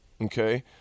okay